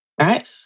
right